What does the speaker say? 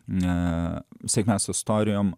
ne sekantis istorijom